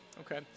Okay